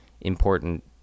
important